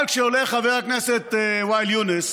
אבל כשעולה חבר הכנסת ואאל יונס